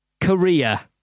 Korea